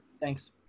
Thanks